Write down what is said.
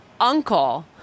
uncle